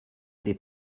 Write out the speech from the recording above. des